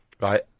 Right